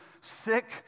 sick